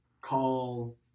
call